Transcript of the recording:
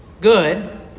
good